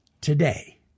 today